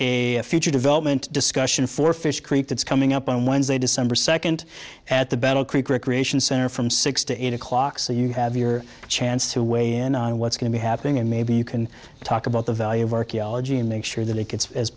a future development discussion for fish creek that's coming up on wednesday december second at the battle creek recreation center from six to eight o'clock so you have your chance to weigh in on what's going to be happening and maybe you can talk about the value of archaeology and make sure that it gets as